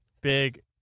big